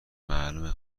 معلومه